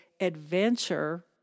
adventure